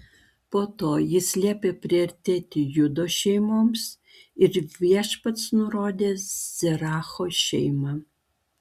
po to jis liepė priartėti judo šeimoms ir viešpats nurodė zeracho šeimą